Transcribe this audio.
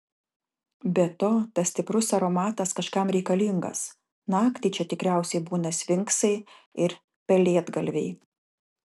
be to tas stiprus aromatas kažkam reikalingas naktį čia tikriausiai būna sfinksai ir pelėdgalviai